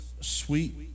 sweet